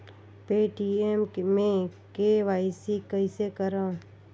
Paytm मे KYC कइसे करव?